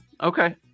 Okay